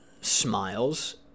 smiles